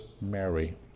Mary